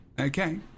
Okay